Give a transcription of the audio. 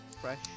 fresh